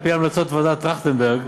על-פי המלצות ועדת טרכטנברג,